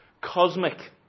cosmic